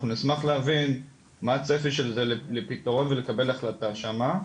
אנחנו נשמח להבין מה הצפי של זה לפתרון ולקבל החלטה שמה,